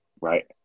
right